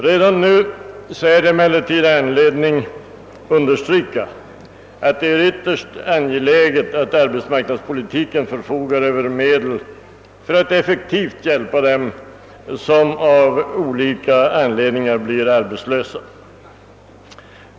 Redan nu finns emellertid anledning att understryka att det är ytterst angeläget att arbetsmarknadsmyndigheterna förfogar över medel för att effektivt hjälpa dem som av olika anledningar blir arbetslösa.